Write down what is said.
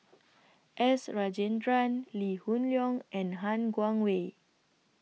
S Rajendran Lee Hoon Leong and Han Guangwei